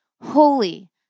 holy